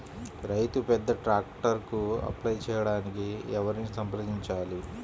రైతు పెద్ద ట్రాక్టర్కు అప్లై చేయడానికి ఎవరిని సంప్రదించాలి?